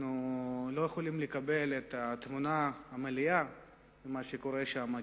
אנחנו לא יכולים לקבל את התמונה המלאה על מה שקורה שם,